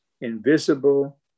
invisible